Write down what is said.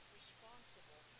responsible